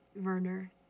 Werner